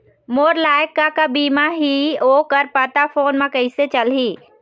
मोर लायक का का बीमा ही ओ कर पता फ़ोन म कइसे चलही?